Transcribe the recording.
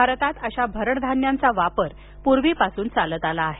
भारतात अशा भरडधान्याचा वापर पूर्वीपासून चालत आला आहे